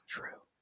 True